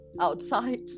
outside